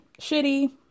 Shitty